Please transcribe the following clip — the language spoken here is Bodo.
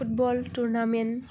football tournament